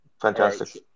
Fantastic